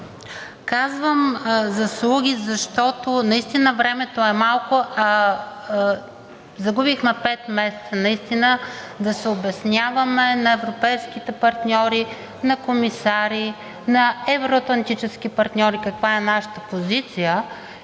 Казвам заслуги, защото наистина времето е малко, а загубихме пет месеца да се обясняваме на европейските партньори, на комисари, на евроатлантически партньори каква е нашата позиция